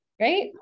right